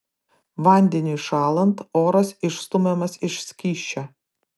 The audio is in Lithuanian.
vandeniui šąlant oras išstumiamas iš skysčio